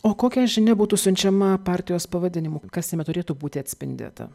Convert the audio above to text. o kokia žinia būtų siunčiama partijos pavadinimu kas jame turėtų būti atspindėta